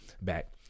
back